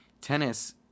tennis